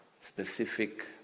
specific